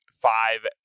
five